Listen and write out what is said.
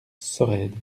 sorède